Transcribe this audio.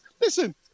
listen